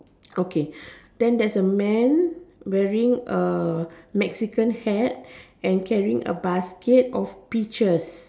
okay then theres a man wearing a Mexican hat and carrying a basket of peaches